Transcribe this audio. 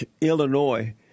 Illinois